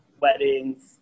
weddings